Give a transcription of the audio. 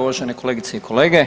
Uvažene kolegice i kolege,